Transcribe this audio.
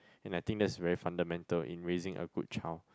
and I think that is very fundamental in raising a good child